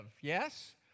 yes